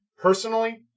Personally